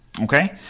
Okay